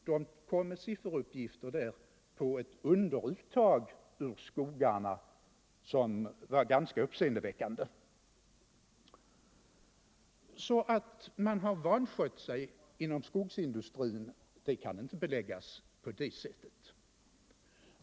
De kom med sifferuppgifter på ett ganska uppseendeväckande underuttag i skogarna. Att skogsindustrin skulle ha vanskött sig kan alltså inte beläggas på det sättet.